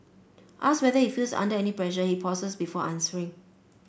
asked whether he feels under any pressure he pauses before answering